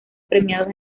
premiados